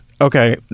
Okay